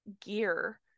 gear